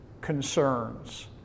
concerns